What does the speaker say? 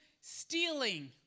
stealing